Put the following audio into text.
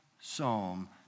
Psalm